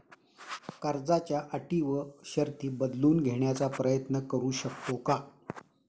कर्जाच्या अटी व शर्ती बदलून घेण्याचा प्रयत्न करू शकतो का?